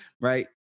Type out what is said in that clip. Right